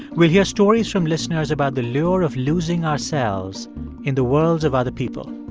we'll hear stories from listeners about the lure of losing ourselves in the worlds of other people.